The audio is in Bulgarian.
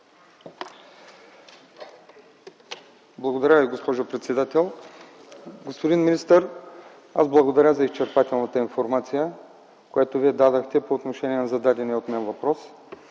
Благодаря Ви, госпожо председател. Господин министър, аз благодаря за изчерпателната информация, която Вие дадохте по отношение на зададения от мен въпрос.